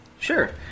Sure